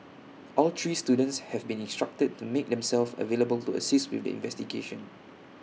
all three students have been instructed to make themselves available to assist with the investigation